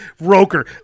Roker